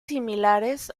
similares